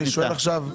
אני שואל עכשיו,